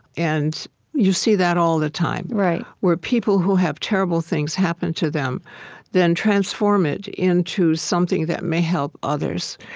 and you see that all the time, where people who have terrible things happen to them then transform it into something that may help others.